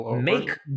make